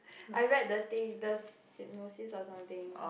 I read the thing the synopsis or something